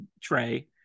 tray